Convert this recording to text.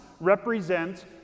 represent